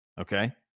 Okay